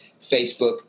Facebook